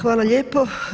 Hvala lijepo.